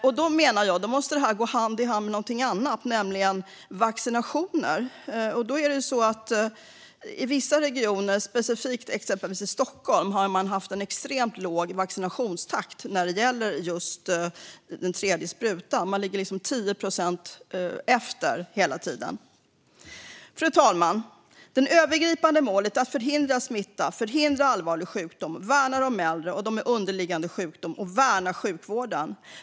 Jag menar att detta måste gå hand i hand med något annat, nämligen vaccinationer. I vissa regioner, exempelvis i Stockholm, har man haft en extremt låg vaccinationstakt när det gäller den tredje sprutan. Man ligger hela tiden 10 procent efter. Fru talman! Det övergripande målet är att förhindra smitta, förhindra allvarlig sjukdom, värna de äldre och dem med underliggande sjukdom och värna sjukvården.